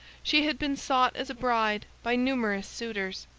she had been sought as a bride by numerous suitors,